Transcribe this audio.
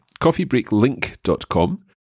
coffeebreaklink.com